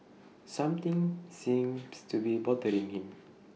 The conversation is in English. something seems to be bothering him